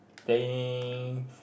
playing